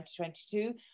2022